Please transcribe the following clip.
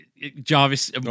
Jarvis